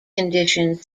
conditions